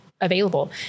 available